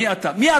מי אתה בכלל?